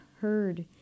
heard